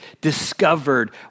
discovered